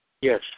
Yes